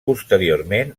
posteriorment